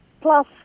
plus